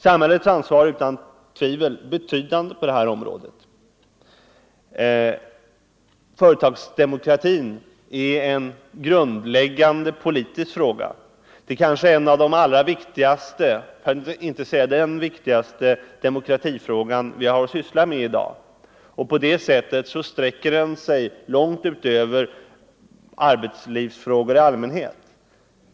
Samhällets ansvar är utan tvivel betydande på det här området. Företagsdemokratin är en grundläggande politisk fråga. Det är kanske en av de allra viktigaste demokratifrågor — för att inte säga den viktigaste —- som vi har att syssla med i dag, och på det sättet har den betydligt större räckvidd än arbetslivsfrågor i allmänhet.